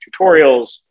tutorials